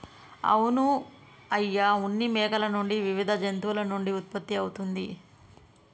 అవును అయ్య ఉన్ని మేకల నుండి వివిధ జంతువుల నుండి ఉత్పత్తి అవుతుంది